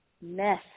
mess